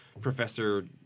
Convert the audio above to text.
professor